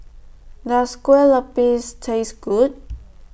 Does Kueh Lopes Taste Good